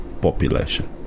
population